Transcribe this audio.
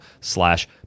slash